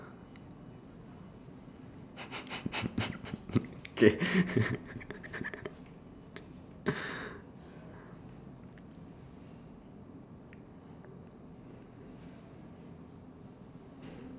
okay